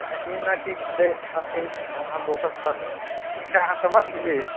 ई नहि कि घरे रहिकऽ अहाँ बोगस कऽ लेब ठीक छै अहाँ समझि गेली